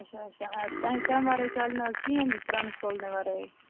اَچھا اَچھا تَمہِ ورٲے چَلہِ نہَ حظ کِہیٖنٛۍ پٔرنَسپُل نہِ ورٲے